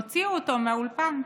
הוציאו אותו מהאולפן.